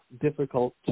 difficult